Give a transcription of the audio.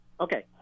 Okay